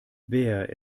wer